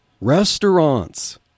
restaurants